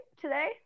today